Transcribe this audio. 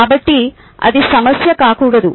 కాబట్టి అది సమస్య కాకూడదు